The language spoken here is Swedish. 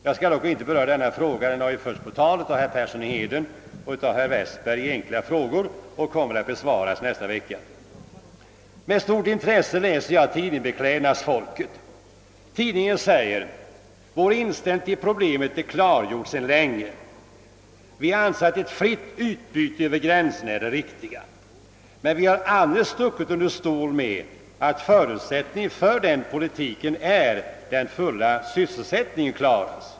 Jag skall dock inte beröra denna fråga; den har tagits upp av herr Persson i Heden och herr Westberg i enkla frågor, som kommer att besvaras nästa vecka. Jag läser med stort intresse tidningen Beklädnadsfolket. I nummer 16, 1967 säger tidningen: »Vår inställning till problemet är klargjord sedan länge. Vi anser att ett fritt utbyte över gränserna är det riktiga, men vi har aldrig stuckit under stol med att förutsättningen för den politiken är att fullsysselsättningen klaras.